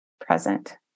present